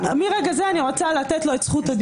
מרגע זה אני רוצה לתת לו את זכות הדיבור.